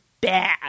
bad